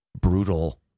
brutal